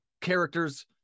characters